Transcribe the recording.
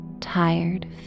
tired